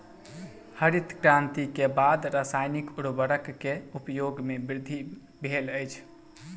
हरित क्रांति के बाद रासायनिक उर्वरक के उपयोग में वृद्धि भेल अछि